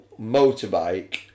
motorbike